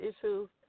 issues